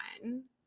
one